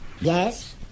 Yes